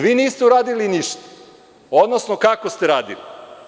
Vi niste uradili ništa, odnosno kako ste radili?